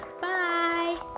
Bye